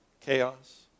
chaos